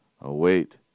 await